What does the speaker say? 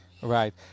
Right